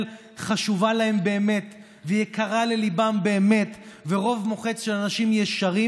חשובה להם באמת ויקרה לליבם באמת ורוב מוחץ של אנשים ישרים